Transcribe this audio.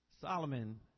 Solomon